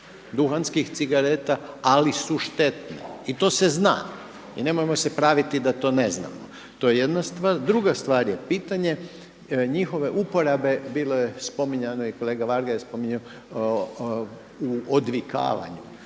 duhanskih cigareta, ali su štetne i to se zna. I nemojmo se praviti da to ne znamo. To je jedna stvar. Druga stvar je pitanje njihove uporabe. Bilo je spominjano i kolega Varga je spominjao u odvikavanju.